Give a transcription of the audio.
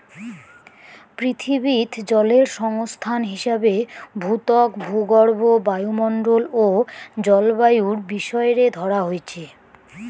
পিথীবিত জলের সংস্থান হিসাবে ভূত্বক, ভূগর্ভ, বায়ুমণ্ডল ও জলবায়ুর বিষয় রে ধরা হইচে